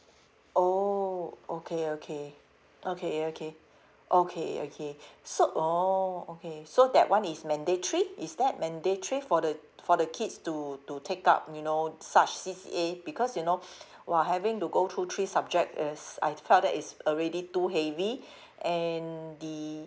oh okay okay okay okay okay okay so oh okay so that one is mandatory is that mandatory for the for the kids to to take up you know such C_C_A because you know !wah! having to go through three subject is I felt that is already too heavy and the